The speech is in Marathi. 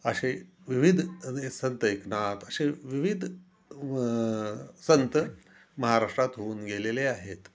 असे विविध संत एकनाथ असे विविध संत महाराष्ट्रात होऊन गेलेले आहेत